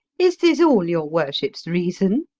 is this all your worship's reason?